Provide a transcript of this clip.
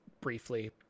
briefly